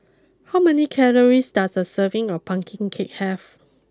how many calories does a serving of Pumpkin Cake have